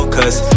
Cause